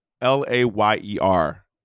L-A-Y-E-R